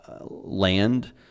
land